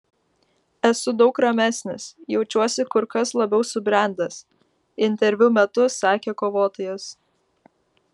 esu daug ramesnis jaučiuosi kur kas labiau subrendęs interviu metu sakė kovotojas